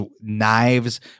knives